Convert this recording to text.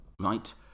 right